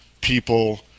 people